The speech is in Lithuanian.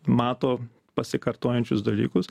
mato pasikartojančius dalykus